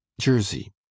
jersey